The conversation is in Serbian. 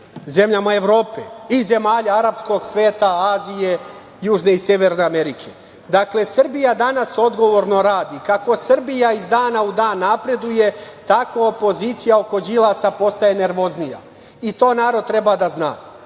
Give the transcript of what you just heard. zemljama Evrope i zemalja arapskog sveta, Azije, Južne i Severne Amerike. Dakle, Srbija danas odgovorno radi. Kako Srbija iz dana u dan napreduje, tako opozicija oko Đilasa postaje nervoznija i to narod treba da zna.